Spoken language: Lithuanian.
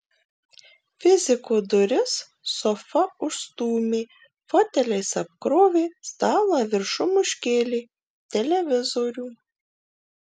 fiziko duris sofa užstūmė foteliais apkrovė stalą viršum užkėlė televizorių